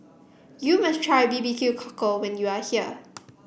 you must try B B Q Cockle when you are here